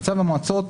בצו המועצות,